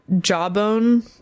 jawbone